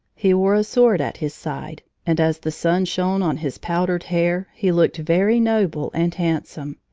he wore a sword at his side, and as the sun shone on his powdered hair, he looked very noble and handsome.